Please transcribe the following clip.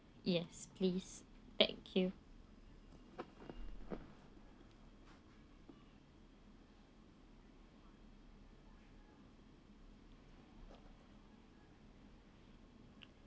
yes please thank you